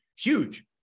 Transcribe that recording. huge